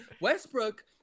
Westbrook